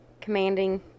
commanding